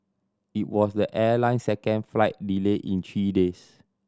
it was the airline's second flight delay in three days